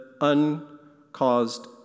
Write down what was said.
uncaused